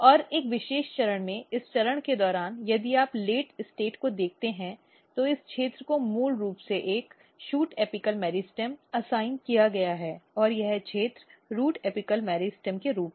और एक विशेष चरण में इस चरण के दौरान यदि आप इस लेट स्थिति को देखते हैं तो इस क्षेत्र को मूल रूप से एक शूट एपिकल मेरिस्टम असाइन्ड् किया गया है और यह क्षेत्र रूट एपिकल मेरिस्टेम के रूप में